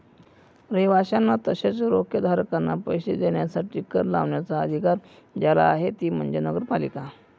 रहिवाशांना तसेच रोखेधारकांना पैसे देण्यासाठी कर लावण्याचा अधिकार ज्याला आहे ती म्हणजे नगरपालिका